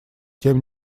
тем